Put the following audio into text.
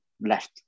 left